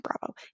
Bravo